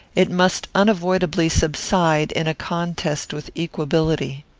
it must unavoidably subside in a contest with equability.